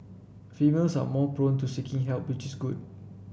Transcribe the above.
females are more prone to seeking help which is good